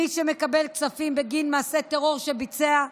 מי שמקבל כספים בגין מעשה טרור שביצע,